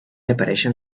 apareixen